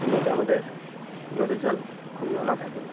নদী আমাদের নদীর জল খুব নোনা থাকে